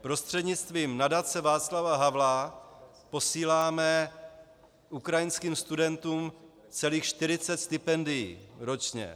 Prostřednictvím Nadace Václava Havla posíláme ukrajinským studentům celých 40 stipendií ročně.